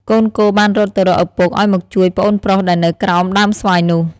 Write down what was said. កូនគោបានរត់ទៅរកឪពុកឲ្យមកជួយប្អូនប្រុសដែលនៅក្រោមដើមស្វាយនោះ ។